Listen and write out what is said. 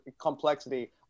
complexity